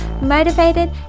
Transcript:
motivated